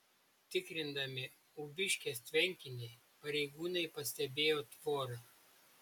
tikrindami ūbiškės tvenkinį pareigūnai pastebėjo tvorą